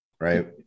Right